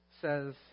says